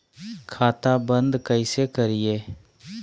खाता बंद कैसे करिए?